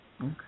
Okay